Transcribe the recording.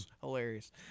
Hilarious